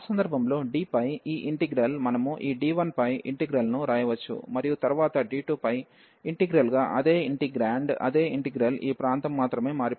ఆ సందర్భంలో D పై ఈ ఇంటిగ్రల్ మనము ఈ D1 పై ఇంటిగ్రల్ ను వ్రాయవచ్చు మరియు తరువాత D2 పై ఇంటిగ్రల్ గా అదే ఇంటిగ్రాండ్ అదే ఇంటిగ్రల్ ఈ ప్రాంతం మాత్రమే మారిపోయింది